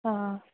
हा